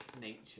nature